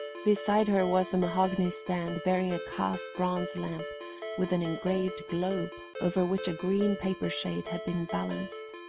beside her was a mahogany stand bearing a cast bronze lamp with an engraved globe, over which a green paper shade had been balanced.